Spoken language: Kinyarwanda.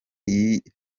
yishe